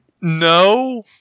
No